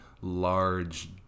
large